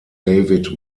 david